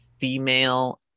female